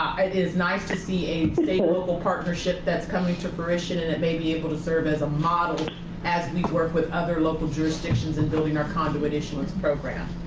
it is nice to see a local partnership that's coming to fruition, and that may be able to serve as a model as we work with other local jurisdictions in building our conduit issuance program.